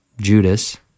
Judas –